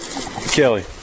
Kelly